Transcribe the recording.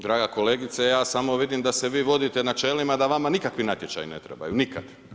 Draga kolegice, ja samo vidim da se vi vodite načelima da vama nikakvi natječaji ne trebaju, nikakvi.